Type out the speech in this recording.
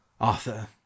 arthur